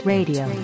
Radio